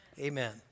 Amen